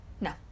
No